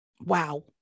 wow